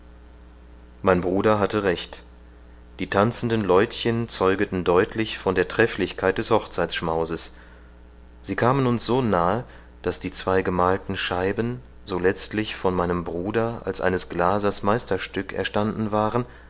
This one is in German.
mein bruder hatte recht die tanzenden leuchten zeugeten deutlich von der trefflichkeit des hochzeitschmauses sie kamen uns so nahe daß die zwei gemalten scheiben so letzlich von meinem bruder als eines glasers meisterstück erstanden waren